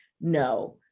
no